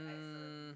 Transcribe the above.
um